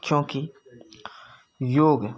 क्योंकि योग